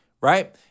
Right